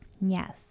Yes